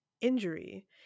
injury